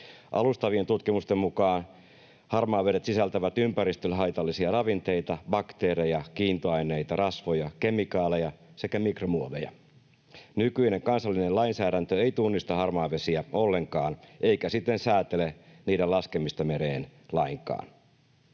Alustavien tutkimusten mukaan harmaavedet sisältävät ympäristölle haitallisia ravinteita, bakteereja, kiintoaineita, rasvoja, kemikaaleja sekä mikromuoveja. Nykyinen kansallinen lainsäädäntö ei tunnista harmaavesiä ollenkaan eikä siten säätele niiden laskemista mereen lainkaan.